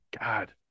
God